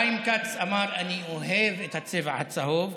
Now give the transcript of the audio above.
חיים כץ אמר: אני אוהב את הצבע הצהוב,